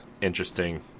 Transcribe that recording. interesting